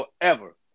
forever